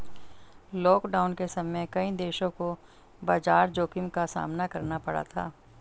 lockdown के समय कई देशों को बाजार जोखिम का सामना करना पड़ा था